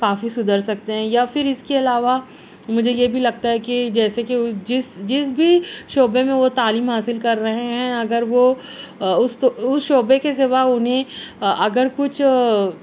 کافی سدھر سکتے ہیں یا پھر اس کے علاوہ مجھے یہ بھی لگتا ہے کہ جیسے کہ وہ جس جس بھی شعبے میں وہ تعلیم حاصل کر رہے ہیں اگر وہ اس تو اس شعبے کے سوا انہیں اگر کچھ